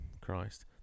Christ